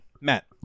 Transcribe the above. Matt